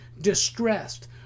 distressed